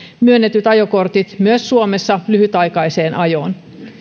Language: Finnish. myönnetyt ajokortit myös suomessa lyhytaikaiseen ajoon